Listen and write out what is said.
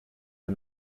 the